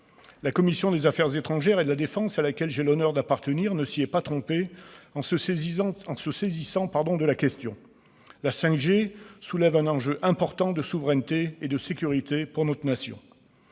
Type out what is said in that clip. La commission des affaires étrangères et de la défense à laquelle j'ai l'honneur d'appartenir ne s'y est pas trompée en se saisissant de la question : la 5G soulève un enjeu important en termes de souveraineté et de sécurité pour notre nation.